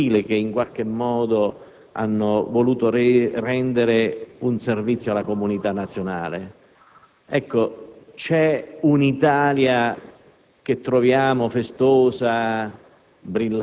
di uomini del servizio civile che in qualche modo hanno voluto rendere un servizio alla comunità nazionale. C'è una Italia